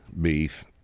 beef